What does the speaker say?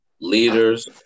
leaders